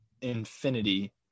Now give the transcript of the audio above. infinity